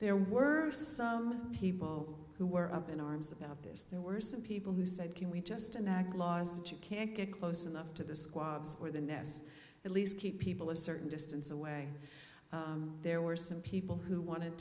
there worse some people who were up in arms about this there were some people who said can we just enact laws that you can't get close enough to the squad's or the nest at least keep people a certain distance away there were some people who wanted